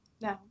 No